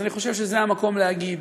אז אני חושב שזה המקום להגיד,